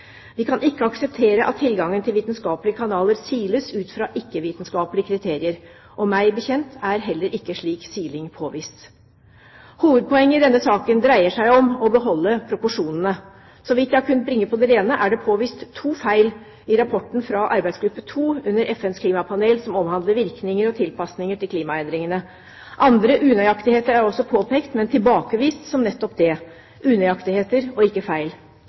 Vi kan ikke akseptere at tilgangen til vitenskapelige kanaler siles ut fra ikke-vitenskapelige kriterier. Meg bekjent er heller ikke slik siling påvist. Hovedpoenget i denne saken dreier seg om å beholde proporsjonene. Så vidt jeg har kunnet bringe på det rene, er det påvist to feil i rapporten fra arbeidsgruppe 2 under FNs klimapanel som omhandler virkninger og tilpasninger til klimaendringene. Andre unøyaktigheter er også påpekt, men tilbakevist som nettopp det – unøyaktigheter og ikke feil.